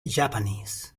japanese